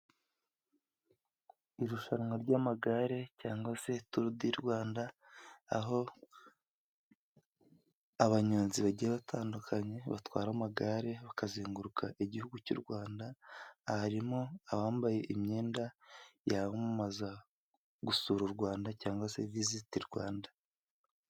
Irushanwa ry'amagare cyangwa se Tour du Rwanda, aho abanyonzi bagiye batandukanye batwara amagare bakazenguruka igihugu cy'u Rwanda. Aha harimo abambaye imyenda yamamaza gusura u Rwanda cyangwa se visiti Rwanda.